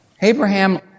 Abraham